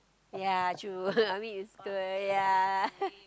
ya true I mean it's good ya